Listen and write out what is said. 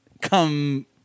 come